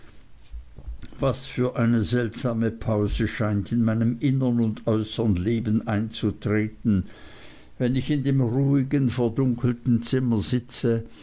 was für eine seltsame pause scheint in meinem innern und äußern leben einzutreten wenn ich in dem ruhigen verdunkelten zimmer sitze